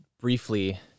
briefly